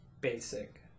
basic